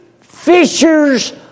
fishers